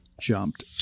jumped